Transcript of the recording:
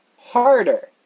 harder